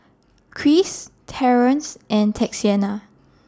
Cris Terrance and Texanna